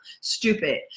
stupid